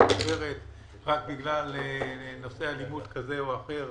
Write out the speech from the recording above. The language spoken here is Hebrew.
עוברת רק בגלל אלימות כזו או אחרת.